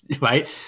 right